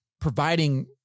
providing